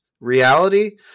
reality